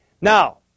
Now